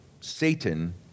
Satan